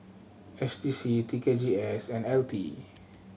S D C T K G S and L T